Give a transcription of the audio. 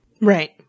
Right